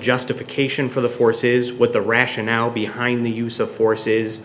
justification for the force is what the rationale behind the use of force is